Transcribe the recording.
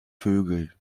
vögel